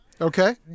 Okay